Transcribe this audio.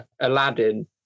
Aladdin